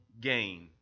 gain